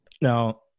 now